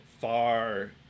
far